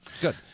Good